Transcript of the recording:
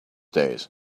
days